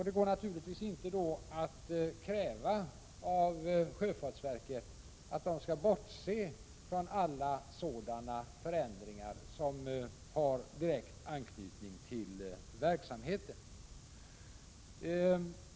Det går naturligtvis inte då att kräva av sjöfartsverket att det skall bortse från alla sådana förändringar som har direkt anknytning till verksamheten.